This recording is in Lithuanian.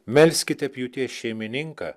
melskite pjūties šeimininką